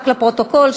רק לפרוטוקול,